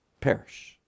perish